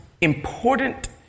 important